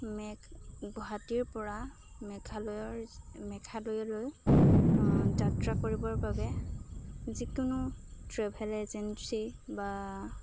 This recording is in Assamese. মেঘ গুৱাহাটীৰপৰা মেঘালয়ৰ মেঘালয়লৈ যাত্ৰা কৰিবৰ বাবে যিকোনো ট্ৰেভেল এজেঞ্চি বা